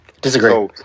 disagree